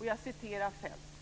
Jag citerar Feldt: